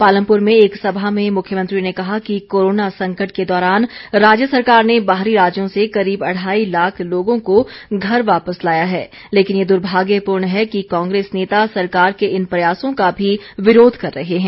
पालमपुर में एक सभा में मुख्यमंत्री ने कहा कि कोरोना संकट के दौरान राज्य सरकार ने बाहरी राज्यों से करीब अढ़ाई लाख लोगों को घर वापस लाया है लेकिन ये दुर्भाग्यपूर्ण है कि कांग्रेस नेता सरकार के इन प्रयासों का भी विरोध कर रहे हैं